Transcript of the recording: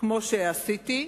כמו שעשיתי,